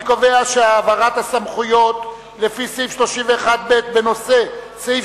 אני קובע שהעברת הסמכויות לפי סעיף 31(ב) בנושא סעיף